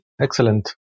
Excellent